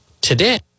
today